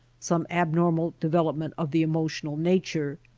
some abnormal development of the emotional nature.